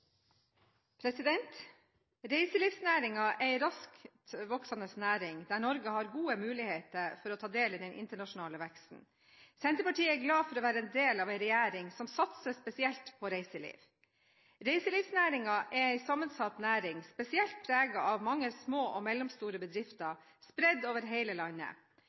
raskt voksende næring, der Norge har gode muligheter for å ta del i den internasjonale veksten. Senterpartiet er glad for å være en del av en regjering som satser spesielt på reiseliv. Reiselivsnæringen er en sammensatt næring spesielt preget av mange små og mellomstore bedrifter, spredd over hele landet.